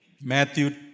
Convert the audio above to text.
Matthew